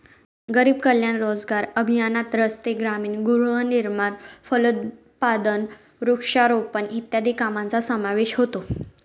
गरीब कल्याण रोजगार अभियानात रस्ते, ग्रामीण गृहनिर्माण, फलोत्पादन, वृक्षारोपण इत्यादी कामांचा समावेश होतो